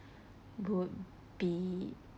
would be